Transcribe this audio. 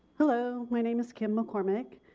hello my name is kim mccormick.